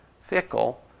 fickle